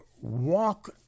Walk